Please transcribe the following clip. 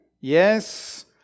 Yes